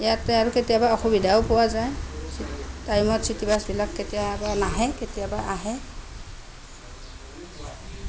ইয়াতে আৰু কেতিয়াবা অসুবিধাও পোৱা যায় টাইমত চিটিবাছবিলাক কেতিয়াবা নাহে কেতিয়াবা আহে